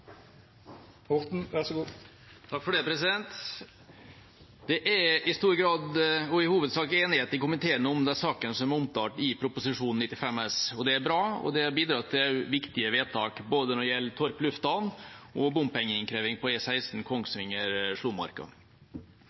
i hovedsak enighet i komiteen om de sakene som er omtalt i Prop. 95 S for 2019–2020. Det er bra, og det har også bidratt til viktige vedtak når det gjelder både Torp lufthavn og bompengeinnkreving på